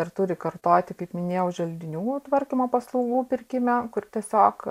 ir turi kartoti kaip minėjau želdinių tvarkymo paslaugų pirkimą kur tiesiog